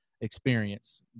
experience